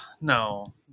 no